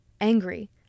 angry